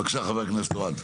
בבקשה, חבר הכנסת אוהד.